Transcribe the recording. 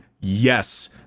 yes